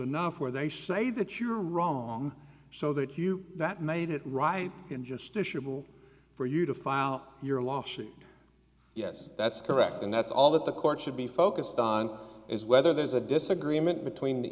enough where they say that you're wrong so that you that made it right in just issue for you to file your lawsuit yes that's correct and that's all that the court should be focused on is whether there's a disagreement between the